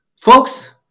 Folks